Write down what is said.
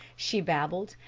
she babbled,